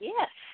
Yes